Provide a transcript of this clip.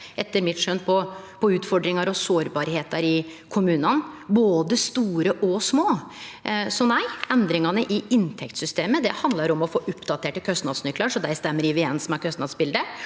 etter mitt skjøn – peikar på utfordringar og sårbarheiter i kommunane, både store og små. Så nei, endringane i inntektssystemet handlar om å få oppdaterte kostnadsnøklar, så dei stemmer overeins med kostnadsbildet.